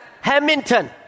Hamilton